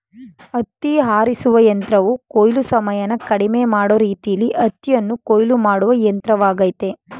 ಹತ್ತಿ ಆರಿಸುವ ಯಂತ್ರವು ಕೊಯ್ಲು ಸಮಯನ ಕಡಿಮೆ ಮಾಡೋ ರೀತಿಲೀ ಹತ್ತಿಯನ್ನು ಕೊಯ್ಲು ಮಾಡುವ ಯಂತ್ರವಾಗಯ್ತೆ